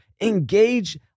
engage